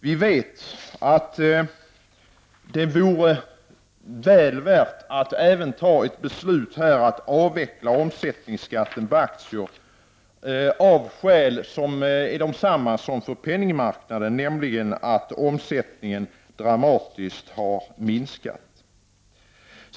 Vi vet att det vore väl värt att även fatta beslut om att avveckla omsättningsskatten på aktier, av samma skäl som för penningmarknaden, nämligen att omsättningen har minskats dramatiskt.